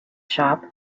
shop